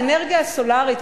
האנרגיה הסולרית,